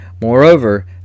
Moreover